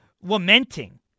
lamenting